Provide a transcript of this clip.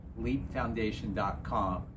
leapfoundation.com